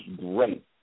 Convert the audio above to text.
great